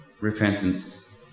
repentance